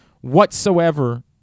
whatsoever